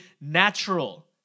natural